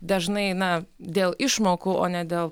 dažnai na dėl išmokų o ne dėl